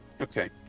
Okay